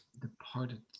Departed